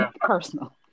personal